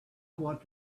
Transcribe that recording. want